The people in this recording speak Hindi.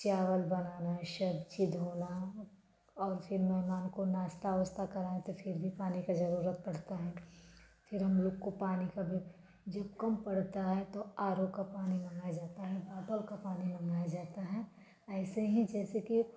चावल बनाना है सब्ज़ी धोना और फिर मेहमान को नाश्ता वाश्ता कराएँ तो फिर भी पानी का ज़रूरत पड़ता है फिर हम लोग को पानी का भी जब कम पड़ता है तो आर ओ का पानी मंगाया जाता है बाटल का पानी मंगाया जाता है ऐसे ही जैसे के